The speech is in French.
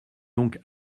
donc